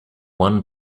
one